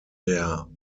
der